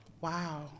Wow